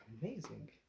amazing